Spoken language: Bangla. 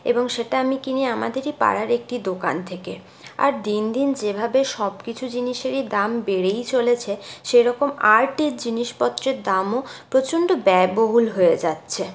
এবং সেটা আমি কিনি আমাদেরই পাড়ার একটি দোকান থেকে আর দিন দিন যেভাবে সব কিছু জিনিসের দাম বেড়েই চলেছে সেরকম আর্টের জিনিসপত্রের দামও প্রচণ্ড ব্যয়বহুল হয়ে যাচ্ছে